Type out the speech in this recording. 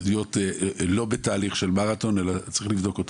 להיות לא בתהליך של מרתון, אלא צריך לבדוק אותו.